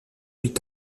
huit